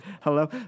Hello